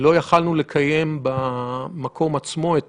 חשוב כדי לראות איך המוקד הטלפוני אמור לתת